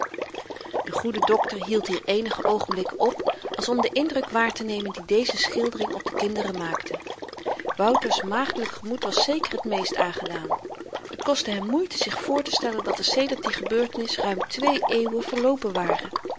de goede dokter hield hier eenige oogenblikken op als om den indruk waartenemen dien deze schildering op de kinderen maakte wouters maagdelyk gemoed was zeker t meest aangedaan het kostte hem moeite zich voortestellen dat er sedert die gebeurtenis ruim twee eeuwen verloopen waren